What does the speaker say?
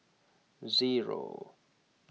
zero